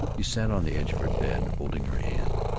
he sat on the edge of her bed, holding her hand,